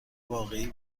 واقعی